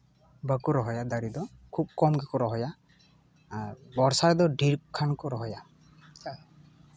ᱵᱟᱠᱚ ᱨᱚᱦᱚᱭᱟ ᱫᱟᱨᱮ ᱫᱚ ᱠᱷᱩᱵᱽ ᱠᱚᱢ ᱜᱮᱠᱚ ᱨᱚᱦᱚᱭᱟ ᱟᱨ ᱵᱚᱨᱥᱟ ᱨᱮᱫᱚ ᱰᱷᱮᱹᱨ ᱜᱟᱱ ᱠᱚ ᱨᱚᱦᱚᱭᱟ